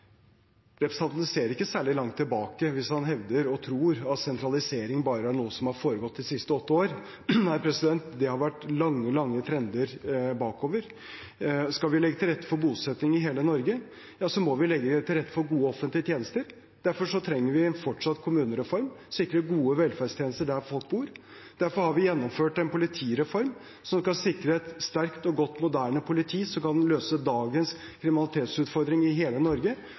Representanten ser ikke særlig langt tilbake hvis han hevder og tror at sentralisering bare er noe som har foregått de siste åtte år. Nei, det har vært lange, lange trender bakover. Skal vi legge til rette for bosetting i hele Norge, må vi legge til rette for gode offentlige tjenester. Derfor trenger vi fortsatt kommunereform og å sikre gode velferdstjenester der folk bor. Derfor har vi gjennomført en politireform, som skal sikre et sterkt og godt moderne politi som kan løse dagens kriminalitetsutfordring i hele Norge.